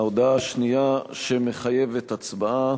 ההודעה השנייה, שמחייבת הצבעה: